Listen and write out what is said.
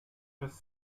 just